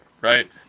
right